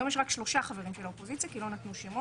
היום יש רק 3 חברים של האופוזיציה כי לא נותנו שמות,